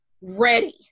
ready